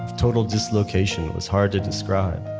total dislocation, it was hard to describe.